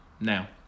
now